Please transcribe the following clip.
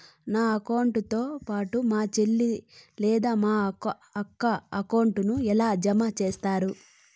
నా అకౌంట్ తో పాటు మా చెల్లి లేదా అక్క అకౌంట్ ను ఎలా జామ సేస్తారు?